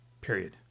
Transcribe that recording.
Period